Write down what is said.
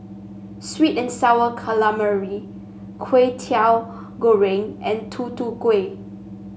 sweet and sour calamari Kwetiau Goreng and Tutu Kueh